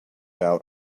out